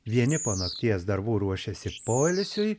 vieni po nakties darbų ruošiasi poilsiui